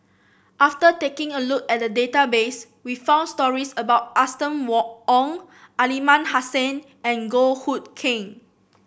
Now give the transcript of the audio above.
after taking a look at the database we found stories about Austen Ong Aliman Hassan and Goh Hood Keng